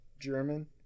german